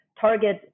target